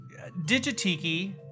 Digitiki